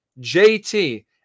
JT